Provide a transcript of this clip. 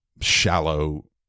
shallow